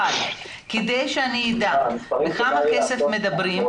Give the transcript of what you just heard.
אבל כדי שאני אדע בכמה כסף מדובר,